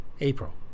April